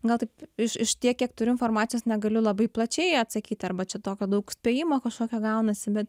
gal taip iš iš tiek kiek turiu informacijos negaliu labai plačiai atsakyti arba čia tokio daug spėjimo kažkokio gaunasi bet